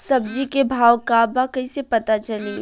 सब्जी के भाव का बा कैसे पता चली?